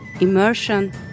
immersion